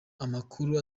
amakuru